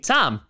Tom